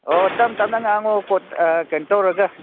ꯑꯣ ꯇꯞ ꯇꯞꯅ ꯉꯥꯡꯉꯣ ꯀꯩꯅꯣ ꯇꯧꯔꯒ